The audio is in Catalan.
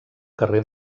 carrer